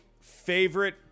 favorite